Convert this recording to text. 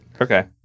Okay